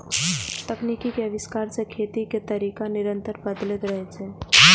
तकनीक के आविष्कार सं खेती के तरीका निरंतर बदलैत रहलैए